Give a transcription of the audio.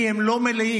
כי הם לא מלאים.